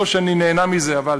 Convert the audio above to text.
לא שאני נהנה מזה, אבל